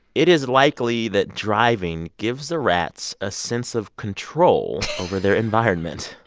it is likely that driving gives the rats a sense of control over their environment.